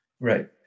Right